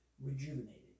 rejuvenated